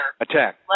Attack